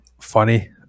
funny